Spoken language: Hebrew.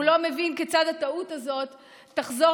הוא לא מבין כיצד הטעות הזאת תחזור